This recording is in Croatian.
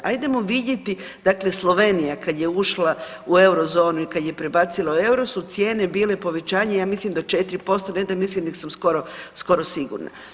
Ajdemo vidjeti, dakle Slovenija kad je ušla u eurozonu i kad je prebacila u euro su cijene bile povećanje ja mislim do 4%, ne da mislim nego sam skoro, skoro sigurna.